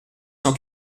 cent